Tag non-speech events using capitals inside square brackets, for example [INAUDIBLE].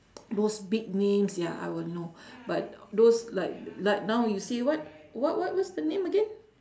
[NOISE] those big names ya I will know [BREATH] but those like like now you say what what what what's the name again